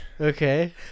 Okay